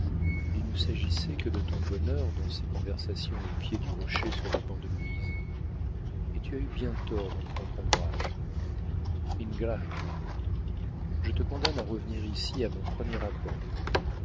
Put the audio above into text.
il ne s'agissait que de ton bonheur dans ces conversations au pied du rocher sur le banc de louise et tu as eu bien tort d'en prendre ombrage ingrata je te condamne à revenir ici à mon premier appel